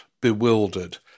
bewildered